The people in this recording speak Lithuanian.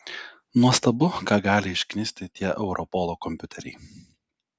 nuostabu ką gali išknisti tie europolo kompiuteriai